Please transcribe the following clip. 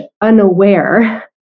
unaware